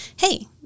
Hey